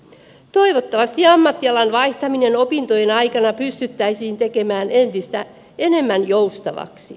toivottavasti ammattialan vaihtaminen opintojen aikana pystyttäisiin tekemään entistä enemmän joustavaksi